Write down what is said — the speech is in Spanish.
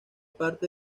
parte